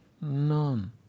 None